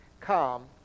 Come